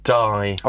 die